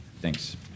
Thanks